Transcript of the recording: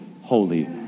holy